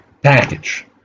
package